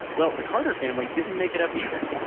well, the carter family didn't make it up either.